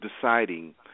deciding